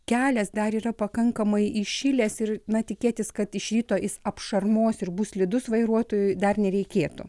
kelias dar yra pakankamai įšilęs ir na tikėtis kad iš ryto jis apšarmos ir bus slidus vairuotojui dar nereikėtų